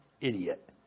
idiot